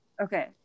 okay